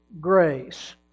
grace